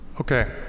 okay